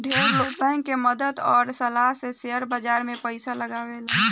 ढेर लोग बैंक के मदद आ सलाह से शेयर बाजार में पइसा लगावे तारे